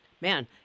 Man